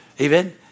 Amen